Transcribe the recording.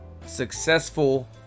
successful